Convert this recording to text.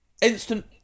instant